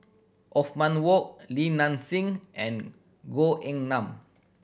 Othman Wok Li Nanxing and Goh Eng Han